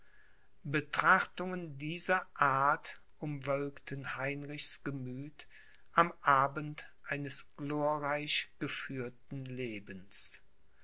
betrachtungen dieser art umwölkten heinrichs gemüth am abend eines glorreich geführten lebens